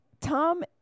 Tom